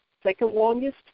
second-longest